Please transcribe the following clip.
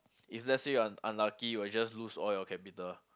if let's say you are un~ unlucky you will just lose all your capital ah